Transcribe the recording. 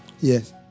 Yes